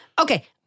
Okay